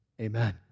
Amen